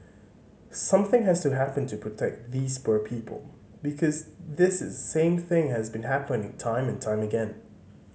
something has to happen to protect these poor people because this is same thing has been happening time and time again